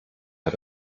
hat